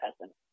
person